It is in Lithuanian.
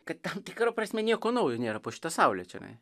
kad tam tikra prasme nieko naujo nėra po šita saule čionai